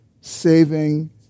saving